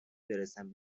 برسم